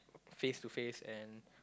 face to face and